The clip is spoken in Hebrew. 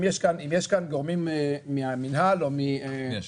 אם יש כאן גורמים מהמינהל או --- יש.